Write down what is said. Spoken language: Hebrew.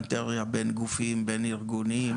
בוכהלטריה בין גופים, בן ארגונים.